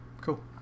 Cool